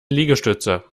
liegestütze